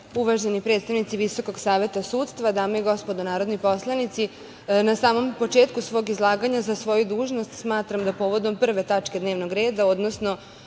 predstavnici Visokog saveta sudstva, dame i gospodo narodni poslanici, na samom početku svog izlaganja, za svoju dužnost smatram da povodom prve tačke dnevnog reda, odnosno